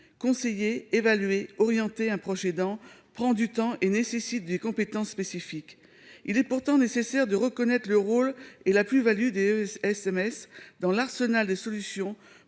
conseiller évaluer, orienter un projet aidant prend du temps et nécessite des compétences spécifiques, il est pourtant nécessaire de reconnaître le rôle et la plus value des SMS dans l'arsenal des solutions